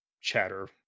chatter